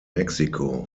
mexico